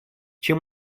чем